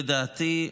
לדעתי,